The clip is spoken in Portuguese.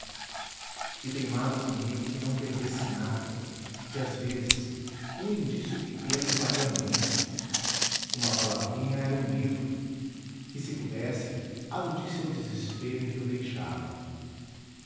e teimava comigo que não perdesse nada que às vezes um indício pequeno valia muito uma palavrinha era um livro que se pudesse aludisse ao desespero em que o deixava